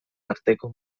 arteko